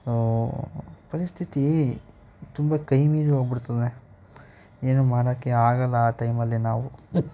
ಪರಿಸ್ಥಿತಿ ತುಂಬ ಕೈ ಮೀರಿ ಹೋಗಿಬಿಡ್ತದೆ ಏನೂ ಮಾಡೋಕ್ಕೆ ಆಗಲ್ಲ ಆ ಟೈಮಲ್ಲಿ ನಾವು